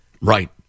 Right